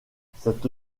cette